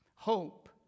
Hope